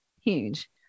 huge